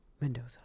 Mendoza